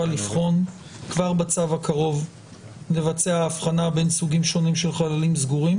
לבחון כבר בצו הקרוב לבצע הבחנה בין סוגים שונים של חללים סגורים.